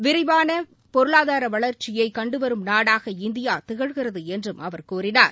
விரைவான பொருளாதார வளர்ச்சியை கண்டுவரும் நாடாக இந்தியா திகழ்கிறது என்றும் அவர் கூறினார்